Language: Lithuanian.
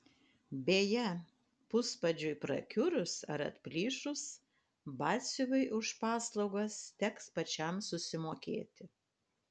beje puspadžiui prakiurus ar atplyšus batsiuviui už paslaugas teks pačiam susimokėti